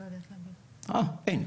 אין.